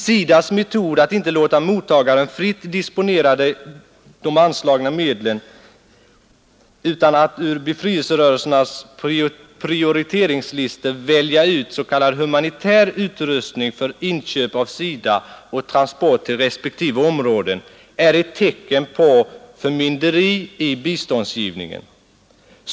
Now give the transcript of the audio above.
SIDA:s metod att inte låta mottagaren fritt disponera de anslagna medlen utan att ur befrielserörelsernas prioriteringslistor välja ut ”humanitär” utrustning för inköp av SIDA och transport till respektive område är ett tecken på förmynderi i biståndsgivningen.